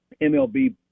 mlb